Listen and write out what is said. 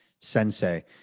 sensei